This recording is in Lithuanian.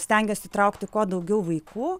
stengiasi įtraukti kuo daugiau vaikų